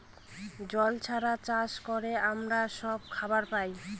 জল ছাড়া চাষ করে আমরা সব খাবার পায়